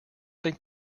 think